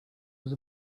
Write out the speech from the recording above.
was